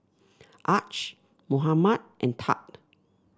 Arch Mohamed and Thad